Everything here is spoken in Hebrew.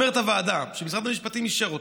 אומרת הוועדה שמשרד המשפטים אישר אותה,